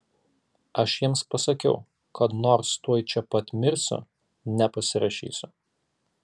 aš jiems pasakiau kad nors tuoj čia pat mirsiu nepasirašysiu